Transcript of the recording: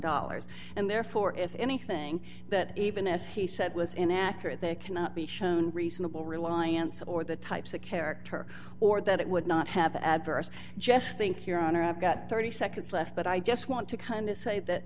dollars and therefore if anything that even if he said was inaccurate there cannot be shown reasonable reliance or the types of character or that it would not have adverse jest think your honor i've got thirty seconds left but i just want to kind of say that